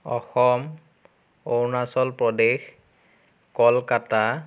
Assam Arunachal Pradesh Kolkata